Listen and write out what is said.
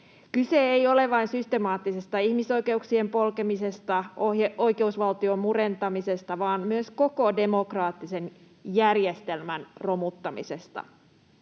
Kyse ei ole vain systemaattisesta ihmisoikeuksien polkemisesta, oikeusvaltion murentamisesta, vaan myös koko demokraattisen järjestelmän romuttamisesta.